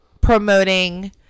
promoting